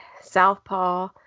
Southpaw